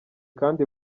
kandi